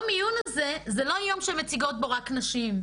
יום העיון הזה, זה לא יום שמציגות בו רק נשים.